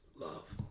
love